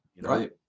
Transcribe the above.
Right